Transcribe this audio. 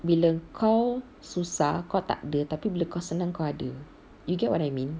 bila kau susah kau takde tapi bila kau senang kau ada you get what I mean